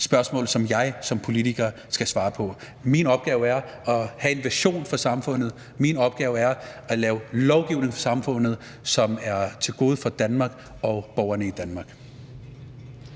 spørgsmål for mig som politiker at skulle svare på. Min opgave er at have en vision for samfundet. Min opgave er at lave lovgivning for samfundet, som er til gavn for Danmark og borgerne i Danmark.